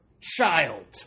Child